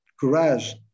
Courage